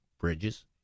bridges